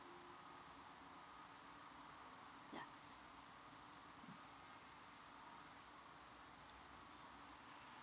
ya